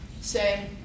say